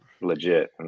legit